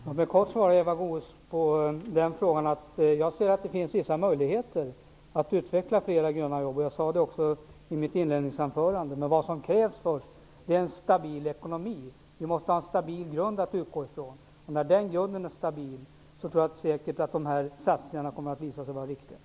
Herr talman! Låt mig kort svara Eva Goës på den frågan. Jag ser att det finns vissa möjligheter att utveckla fler gröna jobb. Jag sa också det i mitt inledningsanförande. Men vad som först krävs är en stabil ekonomi. Vi måste ha en stabil grund att utgå ifrån, och när den grunden är stabil tror jag säkert att dessa satsningar kommer att visa sig vara riktiga.